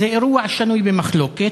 זה אירוע שנוי במחלוקת.